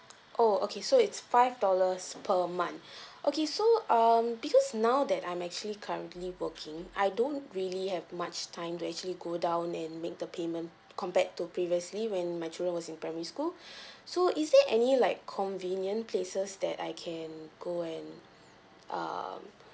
oh okay so it's five dollars per month okay so um because now that I'm actually currently working I don't really have much time to actually go down and make the payment compared to previously when my children was in primary school so is there any like convenient places that I can go and um